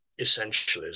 essentialism